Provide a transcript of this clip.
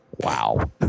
Wow